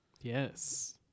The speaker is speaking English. Yes